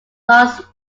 lost